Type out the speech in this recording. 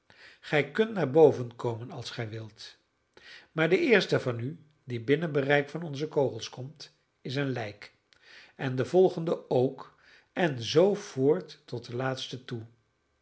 gij kunt naar boven komen als gij wilt maar de eerste van u die binnen bereik van onze kogels komt is een lijk en de volgende ook en zoo voort tot den laatsten toe